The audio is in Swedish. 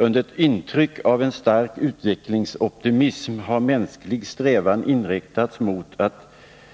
Under intryck av en stark utvecklingsoptimism har mänsklig strävan inriktats mot att